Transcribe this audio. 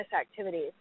activities